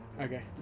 Okay